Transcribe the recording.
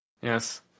Yes